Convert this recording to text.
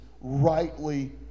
rightly